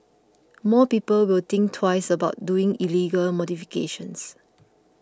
more people will think twice about doing illegal modifications